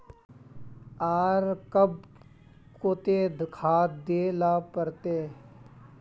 आर कब केते खाद दे ला पड़तऐ?